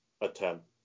attempt